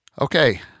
Okay